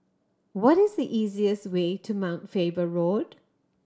what is the easiest way to Mount Faber Road